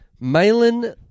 Malin